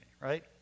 right